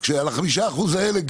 גם לגבי חמשת האחוזים האלה,